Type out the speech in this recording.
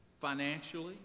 financially